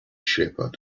shepherd